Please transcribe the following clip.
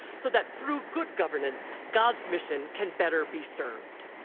so that through good governance, god's mission can better be served.